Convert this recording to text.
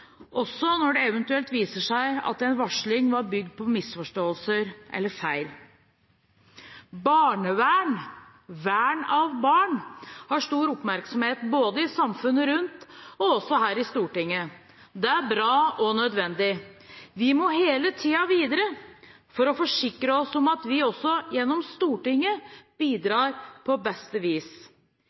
også når det eventuelt viser seg at varsling var bygd på misforståelser eller feil. Barnevern – vern av barn – får stor oppmerksomhet både i samfunnet rundt og her i Stortinget. Det er bra og nødvendig. Vi må hele tiden videre for å forsikre oss om at vi også gjennom Stortinget bidrar på beste vis.